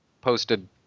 posted